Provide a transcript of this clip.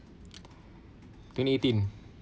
twenty eighteen